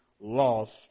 lost